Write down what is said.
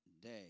day